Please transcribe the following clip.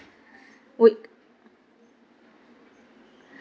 wo~